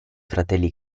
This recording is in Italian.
fratelli